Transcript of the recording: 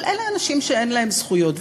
אבל אלה אנשים שאין להם זכויות.